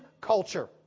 culture